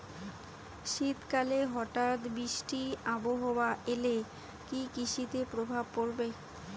শীত কালে হঠাৎ বৃষ্টি আবহাওয়া এলে কি কৃষি তে প্রভাব পড়বে?